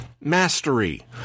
mastery